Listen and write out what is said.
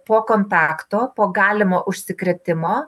po kontakto po galimo užsikrėtimo